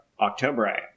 October